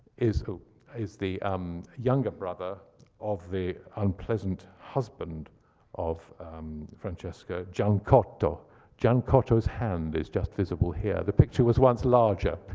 is so is the um younger brother of the unpleasant husband of francesca, gianciotto. gianciotto's hand is just visible here. the picture was once larger.